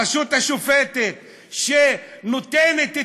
הרשות השופטת שנותנת את